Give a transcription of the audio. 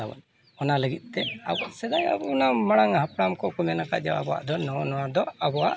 ᱛᱟᱵᱚᱱ ᱚᱱᱟ ᱞᱟᱹᱜᱤᱫ ᱛᱮ ᱟᱵᱚ ᱥᱮᱫᱟᱭ ᱟᱵᱚ ᱚᱱᱟ ᱢᱟᱲᱟᱝ ᱦᱟᱯᱲᱟᱢ ᱠᱚᱠᱚ ᱢᱮᱱ ᱟᱠᱟᱫᱼᱟ ᱡᱮ ᱟᱵᱚᱣᱟᱜ ᱫᱚ ᱱᱚᱜᱼᱚ ᱱᱚᱣᱟ ᱫᱚ ᱟᱵᱚᱣᱟᱜ